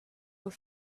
were